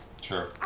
Sure